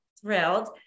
thrilled